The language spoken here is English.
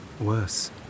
Worse